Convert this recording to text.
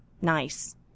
nice